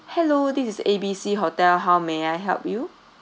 hello this is A B C hotel how may I help you